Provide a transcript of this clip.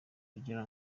kugira